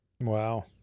Wow